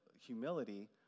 humility